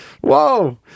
Whoa